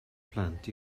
plant